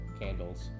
candles